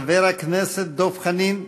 חבר הכנסת דב חנין,